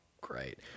great